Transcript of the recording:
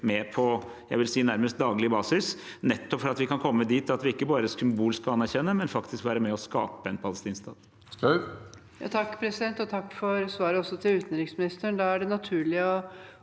med på nærmest daglig basis, vil jeg si, nettopp for at vi kan komme dit at vi ikke bare symbolsk kan anerkjenne, men faktisk være med og skape en palestinsk